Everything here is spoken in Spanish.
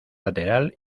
lateral